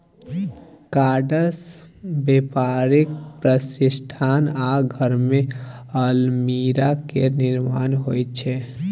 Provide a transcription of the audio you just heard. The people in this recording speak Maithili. काठसँ बेपारिक प्रतिष्ठान आ घरमे अलमीरा केर निर्माण होइत छै